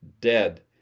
dead